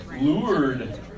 lured